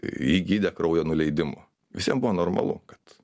jį gydė kraujo nuleidimu visiem buvo normalu kad